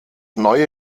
neue